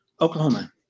oklahoma